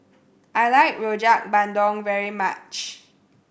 I like Rojak Bandung very much